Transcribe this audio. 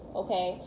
okay